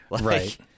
right